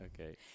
Okay